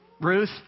Ruth